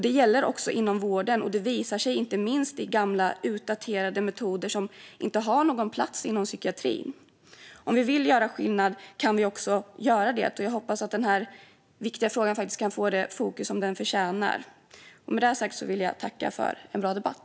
Det gäller också inom vården, och det visar sig inte minst i gamla daterade metoder som inte har någon plats inom psykiatrin. Om vi vill göra skillnad kan vi också göra det. Jag hoppas att denna viktiga fråga kan få det fokus som den förtjänar. Med detta sagt vill jag tacka för en bra debatt.